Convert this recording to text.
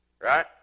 Right